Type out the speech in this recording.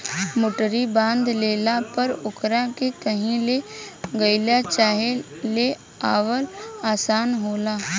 मोटरी बांध लेला पर ओकरा के कही ले गईल चाहे ले आवल आसान होला